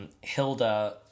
Hilda